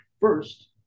First